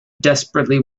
desperately